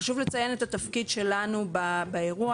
חשוב לציין את התפקיד שלנו באירוע.